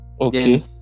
okay